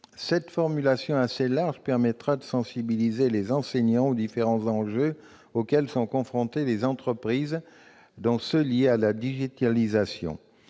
Cette formulation assez large permettra de sensibiliser les enseignants aux différents enjeux auxquels sont confrontées les entreprises, dont ceux liés à la digitalisation.